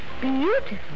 beautiful